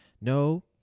No